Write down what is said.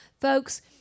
Folks